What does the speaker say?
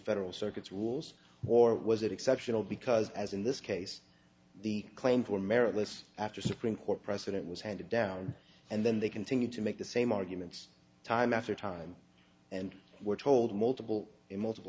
federal circuit's rules or was it exceptional because as in this case the claim for meritless after supreme court precedent was handed down and then they continued to make the same arguments time after time and were told multiple multiple